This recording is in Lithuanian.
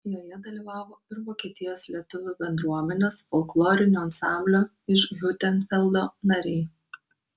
joje dalyvavo ir vokietijos lietuvių bendruomenės folklorinio ansamblio iš hiutenfeldo nariai